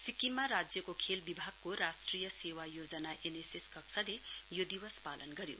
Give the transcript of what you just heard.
सिक्किममा राज्यको खेल विभाग राष्ट्रिय सेवा योजना एनएसएस कक्षले यो दिवस पालन गर्यो